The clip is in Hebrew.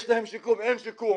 אין שיקום,